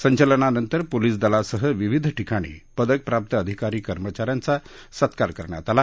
संचलनानंतर police दलासह विविध ठिकाणी पदकप्राप्त अधिकारी कर्मचाऱ्यांचा सत्कार करण्यात आला